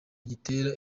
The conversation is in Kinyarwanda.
gitera